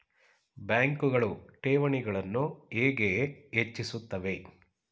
ಬ್ಯಾಂಕುಗಳು ಠೇವಣಿಗಳನ್ನು ಹೇಗೆ ಹೆಚ್ಚಿಸುತ್ತವೆ?